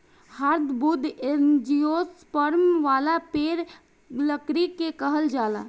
hardwood angiosperm वाला पेड़ लकड़ी के कहल जाला